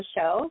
Show